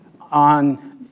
on